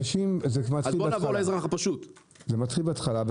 זה מתחיל בהתחלה.